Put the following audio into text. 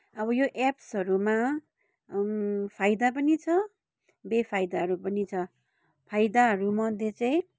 अब यो एप्सहरूमा फाइदा पनि छ बेफाइदाहरू पनि छ फाइदाहरूमध्ये चाहिँ